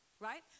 Right